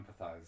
empathize